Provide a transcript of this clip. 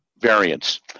variants